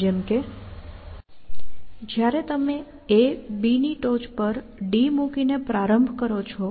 જેમ કે જ્યારે તમે A B ની ટોચ પર D મૂકીને પ્રારંભ કરો છો